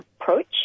approach